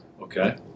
Okay